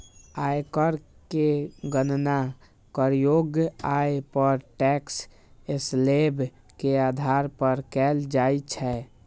आयकर के गणना करयोग्य आय पर टैक्स स्लेब के आधार पर कैल जाइ छै